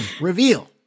reveal